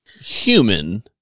human